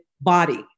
body